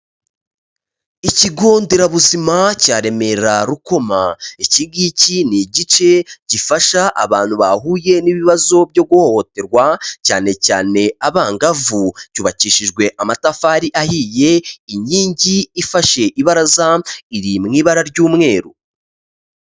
Ikigo nderabuzima cya Remera-Rukoma, iki ngiki ni igice gifasha abantu bahuye n'ibibazo byo guhohoterwa, cyane cyane abangavu, cyubakishijwe amatafari ahiye, inkingi ifashe ibaraza, iri mu ibara ry'umweru.